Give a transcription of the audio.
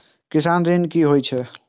किसान ऋण की होय छल?